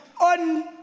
On